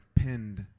pinned